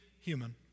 human